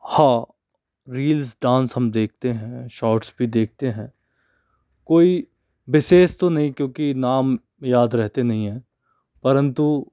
हाँ reels dance हम देखते हैं शॉट्स भी देखते हैं कोई विशेष तो नहीं क्योंकि नाम याद रहते नहीं हैं परंतु